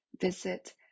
visit